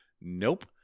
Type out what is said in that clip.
Nope